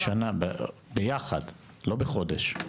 בשנה ביחד, לא בחודש,